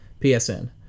PSN